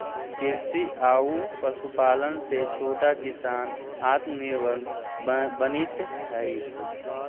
कृषि आउ पशुपालन से छोटा किसान आत्मनिर्भर बनित हइ